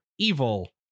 evil